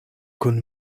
kun